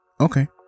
Okay